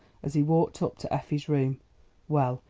as he walked up to effie's room well,